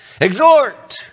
Exhort